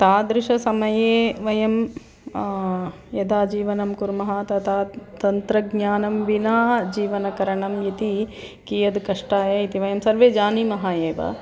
तादृशे समये वयं यदा जीवनं कुर्मः तदा तन्त्रज्ञानं विना जीवनकरणम् इति कियद् कष्टाय इति वयं सर्वे जानीमः एव